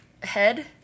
head